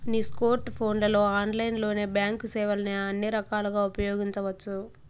నీ స్కోర్ట్ ఫోన్లలో ఆన్లైన్లోనే బాంక్ సేవల్ని అన్ని రకాలుగా ఉపయోగించవచ్చు